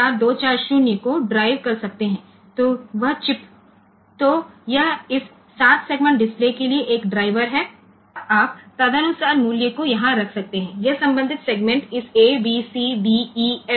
તેથી તેઓ આ 74240 ચલાવી શકે છે જેથી તે ચિપ આ છે અને આ 7 સેગમેન્ટ ડિસ્પ્લે માટેનું ડ્રાઇવર છે અને આપણે તે મુજબ મૂલ્ય અહીં મૂકી શકીએ છીએ અને આને અનુરૂપ સેગમેન્ટ્સ ગ્લોઇંગ કરશે